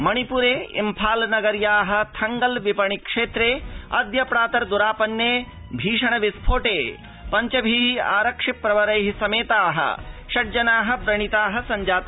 मणिपुरे इम्फाल नगर्या थंगल विपणि क्षेत्रे अद्य प्रातर्द्रापन्ने भीषण विस्फोटे पञ्चभि आरक्षि प्रवरै समेता षड् जना व्रणिता संजाता